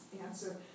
answer